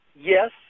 Yes